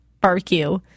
barbecue